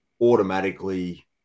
automatically